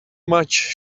much